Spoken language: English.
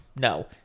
no